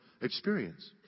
experience